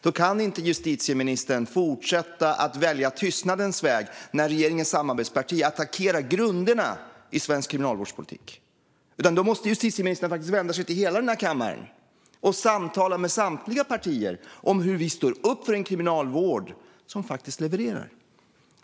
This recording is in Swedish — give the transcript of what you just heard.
Då kan inte justitieministern fortsatta välja tystnadens väg när regeringens samarbetsparti attackerar grunderna i svensk kriminalvårdspolitik, utan då måste justitieministern vända sig till hela den här kammaren och samtala med samtliga partier om hur vi står upp för en kriminalvård som faktiskt levererar.